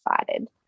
excited